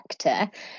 sector